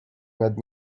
nad